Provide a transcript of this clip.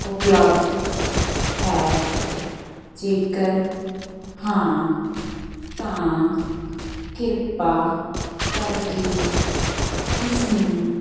ਉਪਲੱਬਧ ਹੈ ਜੇਕਰ ਹਾਂ ਤਾਂ ਕਿਰਪਾ ਕਰਕੇ ਇਸ ਨੂੰ